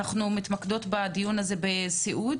ואנחנו מתמקדות בדיון הזה בסיעוד